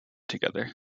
together